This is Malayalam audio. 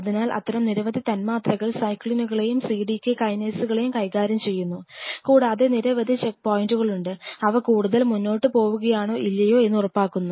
അതിനാൽ അത്തരം നിരവധി തന്മാത്രകൾ സൈക്ലിനുകളെയും cdk കൈനെയ്സുകളെയും കൈകാര്യം ചെയ്യുന്നു കൂടാതെ നിരവധി ചെക്ക് പോയിൻറുകൾ ഉണ്ട് അവ കൂടുതൽ മുന്നോട്ട് പോകുകയാണോ ഇല്ലയോ എന്ന് ഉറപ്പാക്കുന്നു